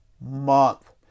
month